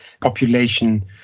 population